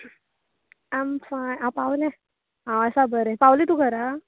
आम फायन हांव पावलें हांव आसा बरें पावलें तूं घरा